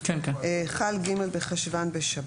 חל ג' בחשון בשבת,